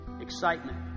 excitement